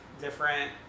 different